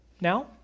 now